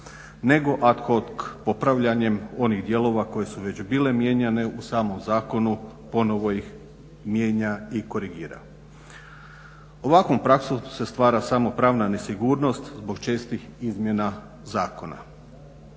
nego ad hoc popravljanjem onih dijelova koje su već bile mijenjane u samom zakonu ponovo ih mijenja i korigira. Ovakvom praksom se stvara samo pravna nesigurnost, zbog čestih izmjena zakona.